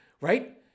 right